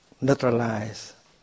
neutralize